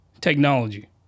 Technology